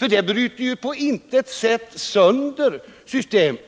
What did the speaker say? önskemål? En särlösning för denna region bryter ju inte på något sätt sönder systemet.